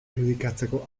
irudikatzeko